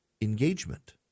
engagement